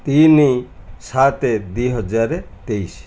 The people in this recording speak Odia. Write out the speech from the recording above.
ତିନି ସାତ ଦୁଇ ହଜାର ତେଇଶ